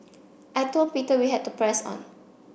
I told Peter we had to press on